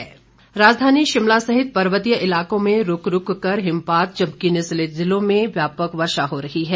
मौसम राजधानी शिमला सहित पर्वतीय इलाकों में रूक रूक कर हिमपात जबकि निचले जिलों में व्यापक वर्षा हो रही है